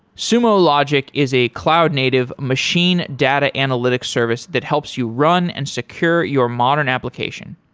sumo logic is a cloud native machine data analytics service that helps you run and secure your modern application.